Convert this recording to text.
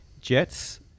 Jets